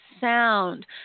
sound